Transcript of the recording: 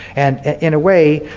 and in a way,